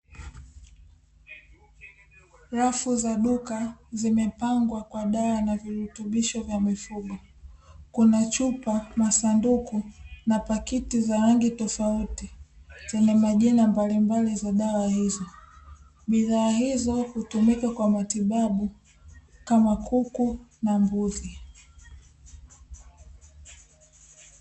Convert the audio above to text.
Rafu za duka zimepangwa kwa daw na virutubisho vya mifugo kuna chupa, masanduku na pakiti za rangi tofauti zenye majina mbalimbali za dawa bidhaa hizo hutumika kwa matibabu kama kuku na mbuzi.